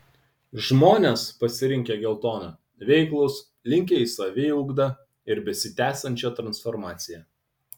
žmones pasirinkę geltoną veiklūs linkę į saviugdą ir besitęsiančią transformaciją